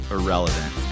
Irrelevant